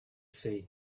see